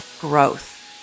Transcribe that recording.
growth